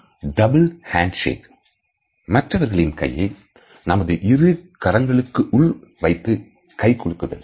double hand shake மற்றவர்களின் கையை நமது இரு கரங்களுக்குள் வைத்து கை குலுக்குதல்